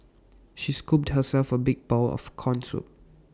she scooped herself A big bowl of Corn Soup